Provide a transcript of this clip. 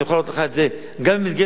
אני יכול לענות לך את זה גם במסגרת